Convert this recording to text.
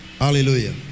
Hallelujah